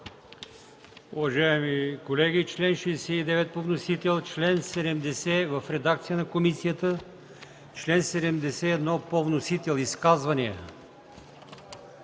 Уважаеми колеги, чл. 69 по вносител, чл. 70 в редакцията на комисията, чл. 71 по вносител – изказвания